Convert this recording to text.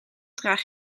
draag